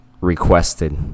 requested